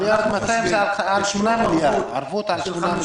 1.2 מיליארד זה על 8 מיליארד, ערבות על 8 מיליארד.